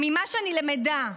ממה שאני למדה,